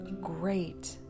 great